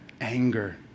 anger